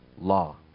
law